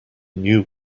new